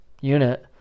unit